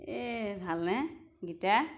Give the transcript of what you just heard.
এই ভালনে গীতা